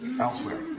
elsewhere